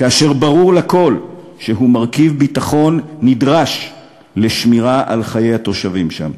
כאשר ברור לכול שהיא מרכיב ביטחון נדרש לשמירה על חיי התושבים שם.